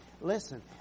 Listen